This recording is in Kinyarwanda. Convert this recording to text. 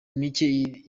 mike